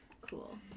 Cool